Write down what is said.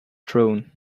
throne